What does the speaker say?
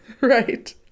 Right